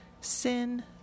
sin